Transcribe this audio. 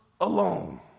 alone